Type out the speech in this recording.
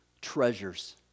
treasures